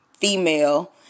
female